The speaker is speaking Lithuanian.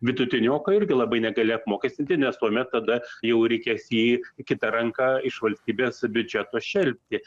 vidutinioką irgi labai negali apmokestinti nes tuomet tada jau reikės jį kita ranka iš valstybės biudžeto šelpti